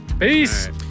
Peace